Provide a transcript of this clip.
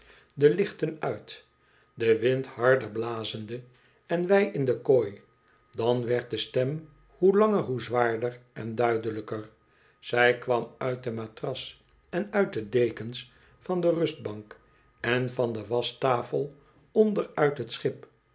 de lichten uit de wind harder blazende en wij in de kooi dan werd de stem hoe langer hoe zwaarder en duidelijker zij kwam uit de matras en uit de dekens van de rustbank en van de waschtafel onder uit het schip